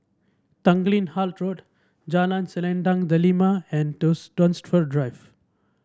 Tanglin Halt Road Jalan Selendang Delima and Dunsfold Drive